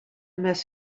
mess